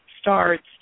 starts